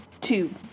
two